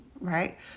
right